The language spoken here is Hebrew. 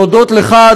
להודות לך,